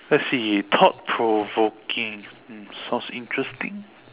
let's see thought provoking mm sounds interesting